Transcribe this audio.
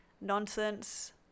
nonsense